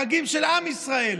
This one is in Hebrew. החגים של עם ישראל,